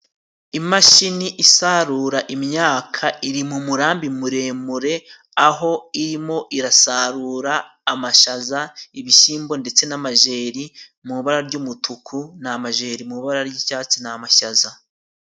Imashini isarura imyaka iri mu murambi muremure aho irimo irasarura amashaza, ibishyimbo ndetse n'amajeri. Mu ibara ry'umutuku ni amajeri, mu ibara ry'icyatsi ni amashaza.